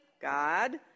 God